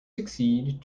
succeed